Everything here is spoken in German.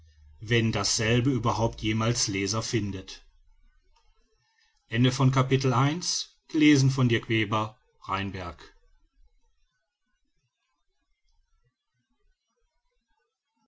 wenn dasselbe überhaupt jemals leser findet